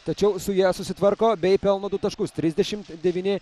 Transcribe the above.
tačiau su ja susitvarko bei pelno du taškus trisdešimt devyni